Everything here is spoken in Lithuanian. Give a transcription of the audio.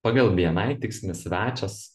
pagal bni tikslinis svečias